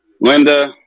Linda